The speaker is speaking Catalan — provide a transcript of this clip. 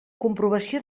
comprovació